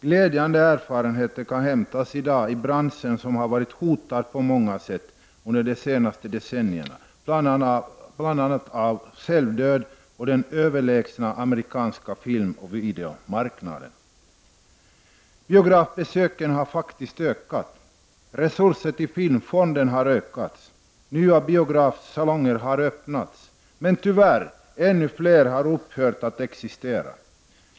Glädjande erfarenheter kan hämtas i dag i branschen som har varit hotad på många sätt under de senaste decennierna, bl.a. av självdöd och den överlägsna amerikanska filmoch videomarknaden. Biografbesöken har faktiskt ökat, resurser till filmfonden har ökats, nya biografsalonger har öppnats. Men tyvärr har ännu fler upphört att existera.